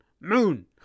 Moon